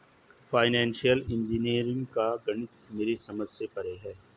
financial engineering का गणित मेरे समझ से परे है